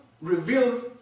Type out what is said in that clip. reveals